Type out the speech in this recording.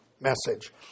message